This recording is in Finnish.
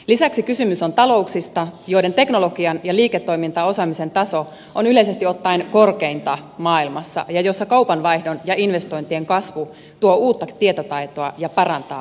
lisäksi kysymys on talouksista joiden teknologian ja liiketoimintaosaamisen taso on yleisesti ottaen korkeinta maailmassa ja jossa kauppavaihdon ja investointien kasvu tuo uutta tietotaitoa ja parantaa tuottavuutta